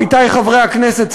עמיתי חברי הכנסת,